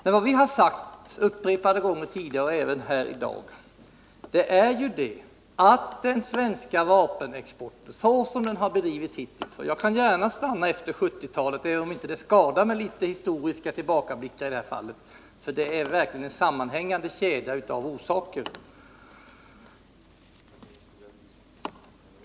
Men vi har upprepade gånger tidigare — och även i dag — kritiserat den svenska vapenexporten såsom den har bedrivits hittills. Jag kan gärna begränsa mig till efter 1970-talet, även om det inte skadar med några historiska tillbakablickar i det här fallet, för det är verkligen fråga om en sammanhängande kedja av orsaker.